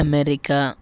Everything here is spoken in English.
America